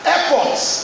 Efforts